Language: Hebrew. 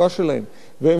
והם